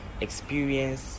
experience